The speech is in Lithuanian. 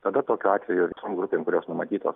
tada tokiu atveju visom grupėm kurios numatytos